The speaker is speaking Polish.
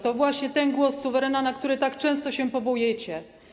To właśnie ten głos suwerena, na który tak często się powołujecie.